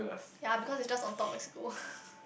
ya because it's just on top of my school